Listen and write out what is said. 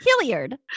Hilliard